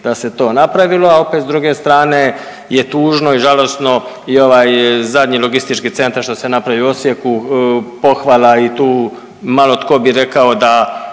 da se to napravilo, a opet s druge strane je tužno i žalosno i ovaj zadnji logistički centar što se napravio u Osijeku pohvala i tu malotko bi rekao da